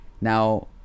now